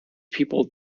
people